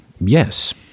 Yes